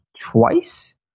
twice